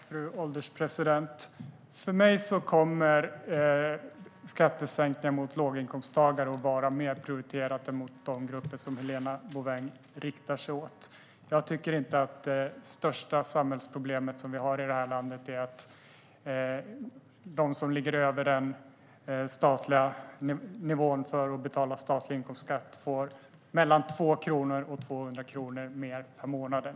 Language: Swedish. Fru ålderspresident! För mig kommer skattesänkningar för låginkomsttagare att vara mer prioriterat än skattesänkningar för de grupper som Helena Bouveng riktar sig till. Jag tycker inte att det största samhällsproblem som vi har i det här landet är att de som ligger över nivån för att betala statlig inkomstskatt får en höjning på mellan 2 och 200 kronor per månad.